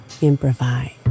improvise